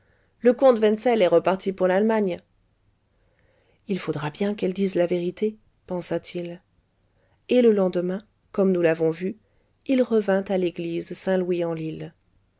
le comte wenzel est reparti pour l'allemagne il faudra bien qu'elle dise la vérité pensa-t-il et le lendemain comme nous l'avons vu il revint à l'église